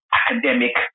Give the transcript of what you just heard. academic